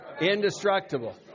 indestructible